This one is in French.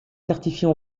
certifiée